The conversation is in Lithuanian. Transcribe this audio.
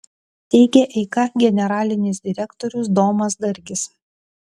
teigia eika generalinis direktorius domas dargis